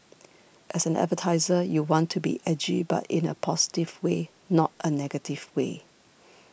as an advertiser you want to be edgy but in a positive way not a negative way